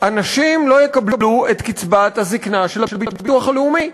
שאנשים לא יקבלו את קצבת הזיקנה של הביטוח הלאומי,